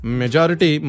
majority